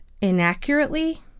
inaccurately